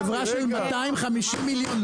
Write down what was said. חברה בינונית,